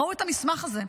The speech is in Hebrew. ראו את המסמך הזה,